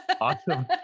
awesome